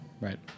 Right